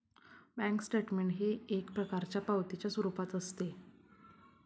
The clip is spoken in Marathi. बँक स्टेटमेंट हे एक प्रकारच्या पावतीच्या स्वरूपात असते